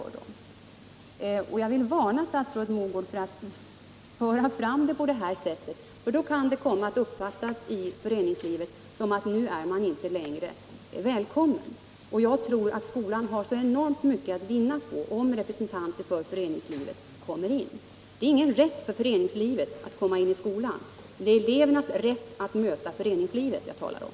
Jag vill varna statsrådet Mogård för att föra fram resonemang om den samlade skoldagen på det sätt som hon nu gör — då kan det i föreningslivet komma att uppfattas så, att man inte längre är välkommen. Jag tror att skolan har mycket att vinna på att representanter för föreningslivet kommer in. Det rör sig inte om någon rätt för föreningslivet att komma in i skolan — det är elevernas rätt att möta föreningslivet som jag talar om.